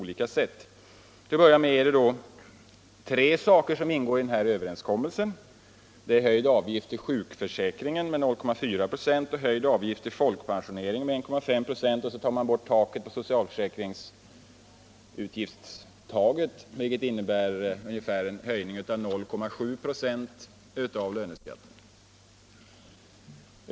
Det gäller till att börja med de tre höjningar som ingår i den nu aktuella överenskommelsen, nämligen höjd avgift till sjukförsäkringen, motsvarande 0,4 96, höjd avgift till folkpensioneringen, motsvarande 1,5 26, och avskaffande av taket för socialförsäkringsavgifterna, vilket motsvarar en ökning av löneskatten med 0,7 96.